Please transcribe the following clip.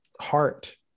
heart